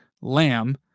lamb